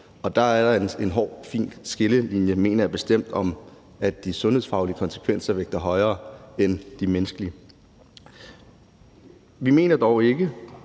og der er det en hårfin skillelinje, om de sundhedsfaglige konsekvenser vægter højere end de menneskelige. Vi mener dog ikke,